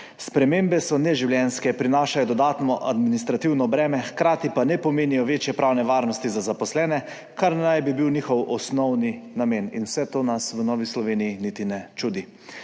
Spremembe so neživljenjske, prinašajo dodatno administrativno breme, hkrati pa ne pomenijo večje pravne varnosti za zaposlene, kar naj bi bil njihov osnovni namen. In vse to nas v Novi Sloveniji niti ne čudi.